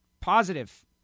positive